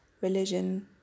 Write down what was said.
religion